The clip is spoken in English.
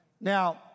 Now